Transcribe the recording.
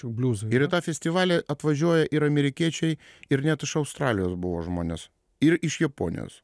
ir į tą festivalį atvažiuoja ir amerikiečiai ir net iš australijos buvo žmonės ir iš japonijos